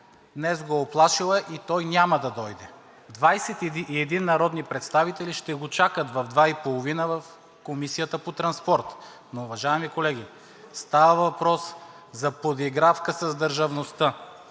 днес го е уплашил и той няма да дойде. Двадесет и един народни представители ще го чакат в 14,30 ч. в Комисията по транспорт. Но уважаеми колеги, става въпрос за подигравка с държавността.